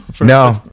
no